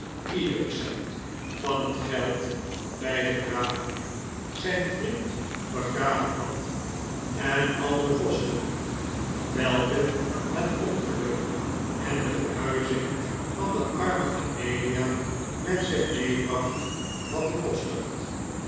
iederen cent van het geld had bijgedragen zijn vriend begraven had en al de kosten welke het ongeluk en de verhuizing van de arme amelia met zich meebracht had bekostigd